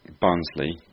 Barnsley